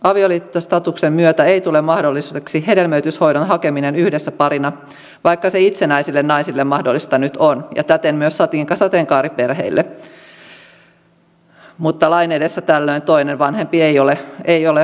avioliittostatuksen myötä ei tule mahdolliseksi hedelmöityshoidon hakeminen yhdessä parina vaikka se itsenäisille naisille mahdollista nyt on ja täten myös sateenkaariperheille mutta lain edessä tällöin toinen vanhempi ei ole vanhempi